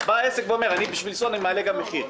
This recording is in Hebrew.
אז בא עסק ואומר: בשביל לשרוד אני מעלה את המחיר.